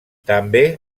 també